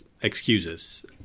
excuses